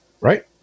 right